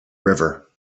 river